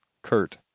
Kurt